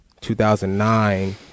2009